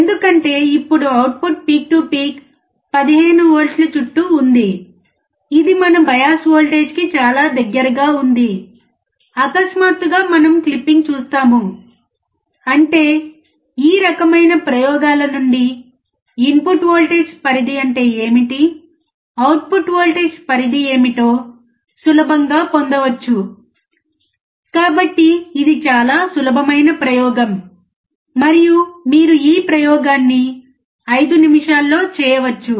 ఎందుకంటే ఇప్పుడు output peak to peak 15 వోల్ట్ల చుట్టూ ఉంది ఇది మన బయాస్ వోల్టేజీకి చాలా దగ్గరగా ఉంది అకస్మాత్తుగా మనము క్లిప్పింగ్ చూస్తాము అంటే ఈ రకమైన ప్రయోగాల నుండి ఇన్పుట్ వోల్టేజ్ పరిధి అంటే ఏమిటి అవుట్పుట్ వోల్టేజ్ పరిధి ఏమిటో సులభం గా పొందవచ్చు కాబట్టి ఇది చాలా సులభమైన ప్రయోగం మరియు మీరు ఈ ప్రయోగాన్ని 5 నిమిషాల్లో చేయవచ్చు